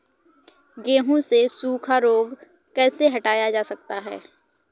गेहूँ से सूखा रोग कैसे हटाया जा सकता है?